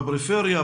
בפריפריה,